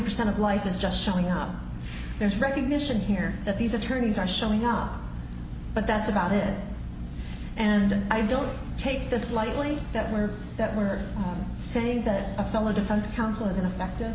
percent of life is just showing up there's recognition here that these attorneys are showing up but that's about it and i don't take this lightly that we're that we're saying that a fellow defense counsel is ineffect